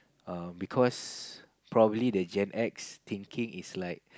err because probably the Gen-X thinking is like